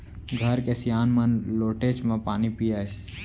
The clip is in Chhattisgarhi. घर के सियान मन लोटेच म पानी पियय